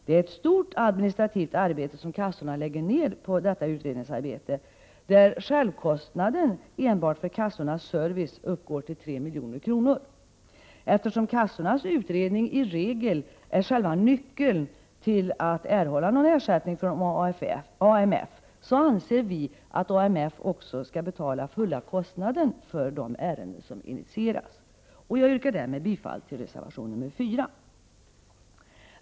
Det är ett stort administrativt arbete som kassorna lägger ned på detta utredningsarbete, där självkostnaden enbart för kassornas service uppgår till 3 milj.kr. Eftersom kassornas utredning i regel är själva nyckeln till ersättning från AMF anser vi att AMF också skall betala fulla kostnaden för de ärenden som initieras. Jag yrkar därmed bifall till reservation nr 4.